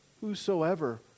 whosoever